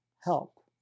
help